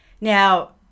Now